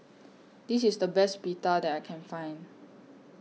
This IS The Best Pita that I Can Find